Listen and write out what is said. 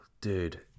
Dude